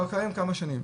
זה כבר קיים כמה שנים.